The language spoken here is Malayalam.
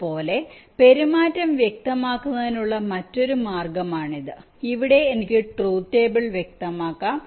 അതുപോലെ പെരുമാറ്റം വ്യക്തമാക്കുന്നതിനുള്ള മറ്റൊരു മാർഗമാണിത് ഇവിടെ എനിക്ക് ട്രൂത് ടേബിൾ വ്യക്തമാക്കാം